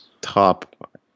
top